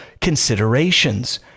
considerations